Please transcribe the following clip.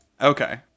Okay